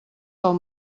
del